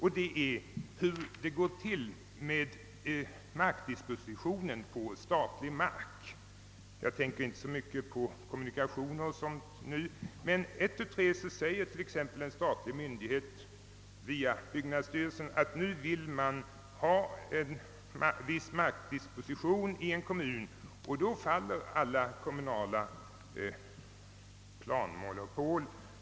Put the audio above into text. Hur går det till när staten vill disponera sin mark? Ett, tu, tre säger en statlig myndighet via byggnadsstyrelsen, att man vill disponera viss mark i en kommun — och då faller alla kommunala planmonopol.